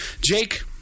Jake